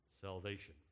salvation